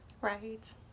Right